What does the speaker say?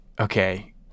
okay